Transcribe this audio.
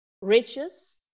riches